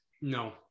no